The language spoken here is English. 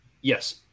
Yes